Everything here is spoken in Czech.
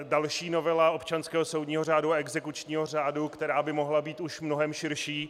Další novela občanského soudního řádu a exekučního řádu by mohla být už mnohem širší.